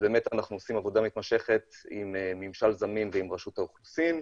אנחנו עושים עבודה מתמשכת עם ממשל זמין ועם רשות האוכלוסין.